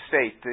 State